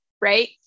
right